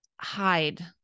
hide